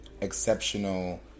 exceptional